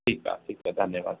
ठीकु आहे ठीकु आहे धन्यवादु